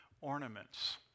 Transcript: ornaments